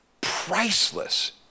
priceless